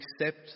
accept